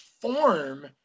form